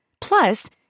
Plus